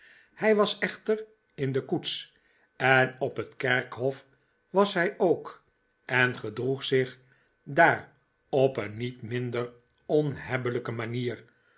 hij was echter in de koets en op het kerkhof was hij ook en gedroeg zich daar op een niet minder onhebbelijke manier